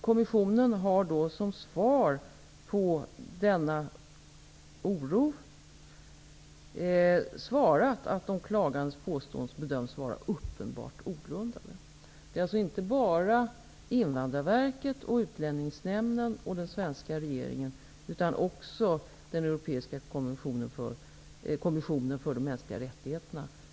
Kommissionen har då svarat att de klagandes påståenden bedöms vara uppenbart ogrundade. Det är alltså inte bara Invandrarverket, Utlänningsnämnden och den svenska regeringen som gör denna bedömning, utan också den europeiska kommissionen för de mänskliga rättigheterna.